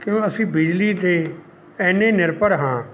ਕਿਓਂ ਅਸੀਂ ਬਿਜਲੀ 'ਤੇ ਇੰਨੇ ਨਿਰਭਰ ਹਾਂ